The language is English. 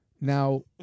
Now